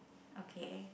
okay